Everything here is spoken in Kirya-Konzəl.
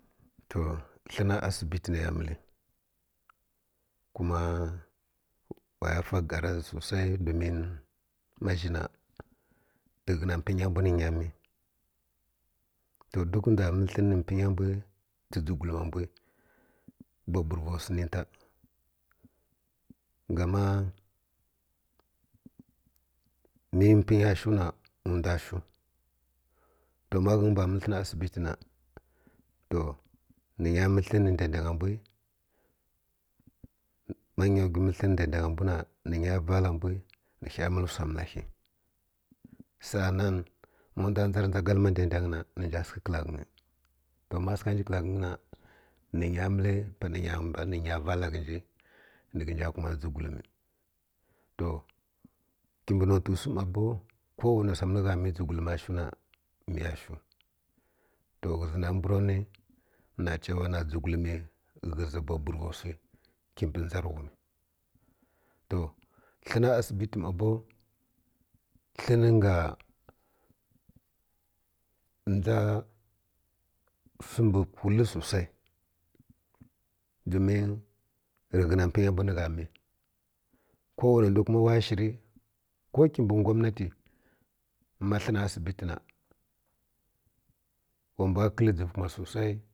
To həna asibitə nə ya məti kuma waya fa gar zhi susai domin ma zhi na tə ghə na pənyi mbw ni nya mi to dul ndw məl həl ni pənya mbw tə dʒighl ma mbw bọbur va wsi nta gama mə pa’nya shiw na ndw shiw den ma ghə nyi mbw məl həna asibi tə na to ni nya məl hən ni daidang nya mbw ma gəwi məl ni dadang mbw ni mbw vala mbw ni ə həy məl wsa məl hi saa nan ma mdw dʒa gla ma daidang na ni nja səkə kəl ghe nyi ma dʒika nji kəl oheyi na ni nya vala ghə nji ni ghe nja kumani dʒi gulnə to kimbi monti wsi ma bou ko wane wsi məl gha mi dʒi gul ma va shiw na mi shiw dt ti ghə zi na rə mbw ra nwi na d chiya wa na va dʒi gul mi ghə zi bobur va wsi kəbi dʒa rə ghum hə na asibitə ma bew. Hə ni nga dʒu wsi mbi gul susai dominrə ghə na pənya mbw ni gha mi ko wanə ndai kuma wa shi rə kə bi ngwaminatə ma hə na asibi tə na wa mbw kəl dʒəv kuma susai.